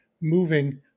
moving